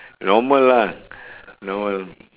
normal ah normal